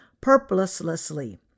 purposelessly